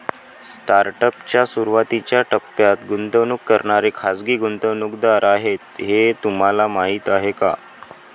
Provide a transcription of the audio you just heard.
Startup च्या सुरुवातीच्या टप्प्यात गुंतवणूक करणारे खाजगी गुंतवणूकदार आहेत हे तुम्हाला माहीत आहे का?